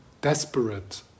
desperate